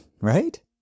right